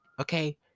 Okay